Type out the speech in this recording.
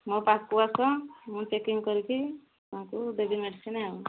ମୋ ପାଖକୁ ଆସ ମୁଁ ଚେକିଂ କରିକି ତାଙ୍କୁ ଦେବି ମେଡିସିନ ଆଉ